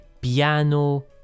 piano